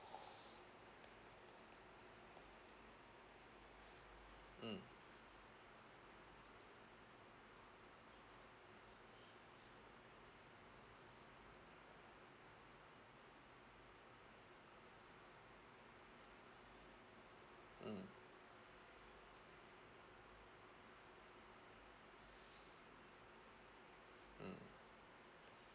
mm mm mm